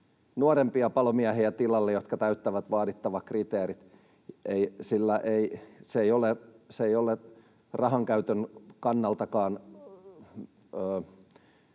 nuorempia palomiehiä, jotka täyttävät vaadittavat kriteerit, sillä se ei ole rahankäytön kannaltakaan